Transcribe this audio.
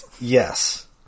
Yes